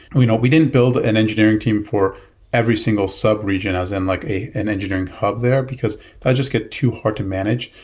we you know we didn't build an engineering team for every single sub-region, as in like an engineering hub there, because that's just get too hard to manage.